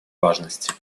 важности